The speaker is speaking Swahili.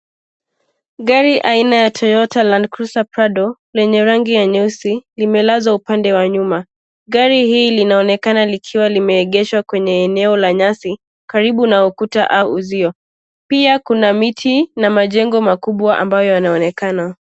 Gari aina ya Toyota Land Cruiser Prado, lenye rangi ya nyeusi, limelazwa upande wa nyuma. Gari hili linaonekana likiwa limeegeshwa, kwenye eneo la nyasi, karibu na ukuta au uzio. Pia kuna miti na majengo makubwa, ambayo yanaonekana.